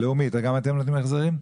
נותנים החזרים.